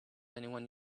anyone